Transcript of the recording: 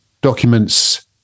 documents